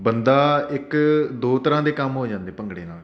ਬੰਦਾ ਇੱਕ ਦੋ ਤਰ੍ਹਾਂ ਦੇ ਕੰਮ ਹੋ ਜਾਂਦੇ ਭੰਗੜੇ ਨਾਲ